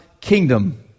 kingdom